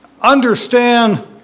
understand